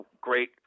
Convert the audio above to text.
great